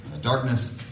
Darkness